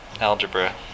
algebra